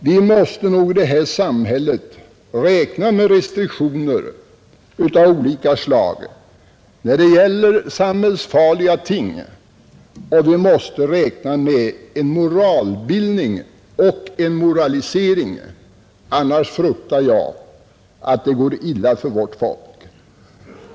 Vi måste nog i detta samhälle räkna med restriktioner av olika slag mot samhällsfarliga ting, och vi måste räkna med moralbildning. Annars fruktar jag att det går illa för vårt folk.